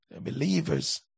Believers